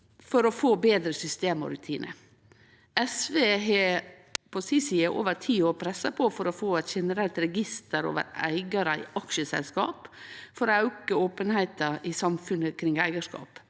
for å få betre system og rutinar. SV har på si side i over ti år pressa på for å få eit generelt register over eigarar i aksjeselskap for å auka openheita i samfunnet kring eigarskap.